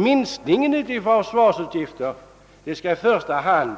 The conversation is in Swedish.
Minskningen i försvarsutgifterna skall i första hand